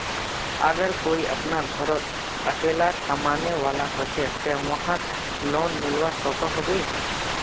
अगर कोई अपना घोरोत अकेला कमाने वाला होचे ते वाहक लोन मिलवा सकोहो होबे?